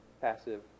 passive